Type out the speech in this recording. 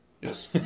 Yes